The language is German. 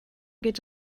geht